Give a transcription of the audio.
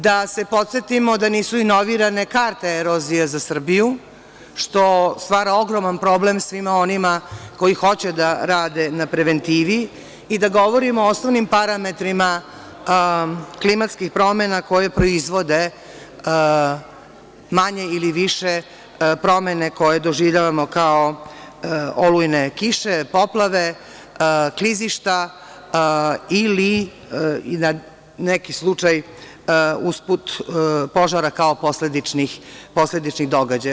Da se podsetimo da nisu inovinarane karte erozije za Srbiju, što stvara ogroman problem svima onima koji hoće da rade na preventivi i da govorimo o osnovnim parametrima klimatskih promena koje proizvode manje ili više promene koje doživljavamo kao olujne kiše, poplave, klizišta ili da neki slučaj usput požara kao posledičnih događaja.